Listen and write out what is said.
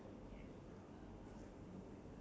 wait after this after this where you going ah